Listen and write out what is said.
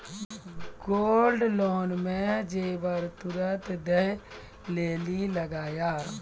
Gold loan मे जेबर तुरंत दै लेली लागेया?